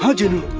ah genie.